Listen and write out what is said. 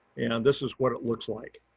and this is what it looks like.